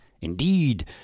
Indeed